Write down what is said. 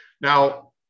Now